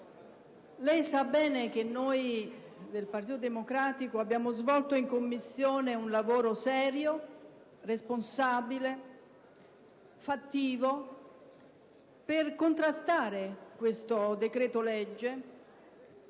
lei sa bene che noi del Partito Democratico abbiamo svolto in Commissione un lavoro serio, responsabile, fattivo per contrastare questo decreto-legge